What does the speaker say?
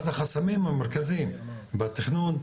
אחד החסמים המרכזיים בתכנון,